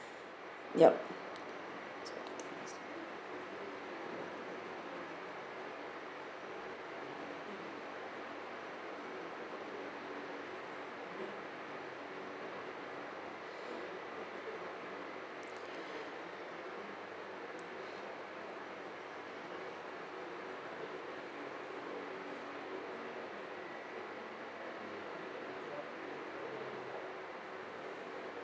ya